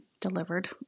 delivered